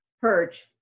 purge